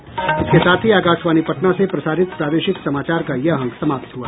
इसके साथ ही आकाशवाणी पटना से प्रसारित प्रादेशिक समाचार का ये अंक समाप्त हुआ